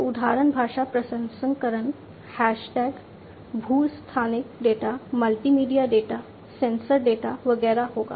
तो उदाहरण भाषा प्रसंस्करण हैश टैग भू स्थानिक data multimedia data sensor data वगैरह होगा